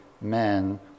men